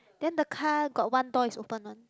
then the car got one door is open one